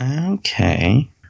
Okay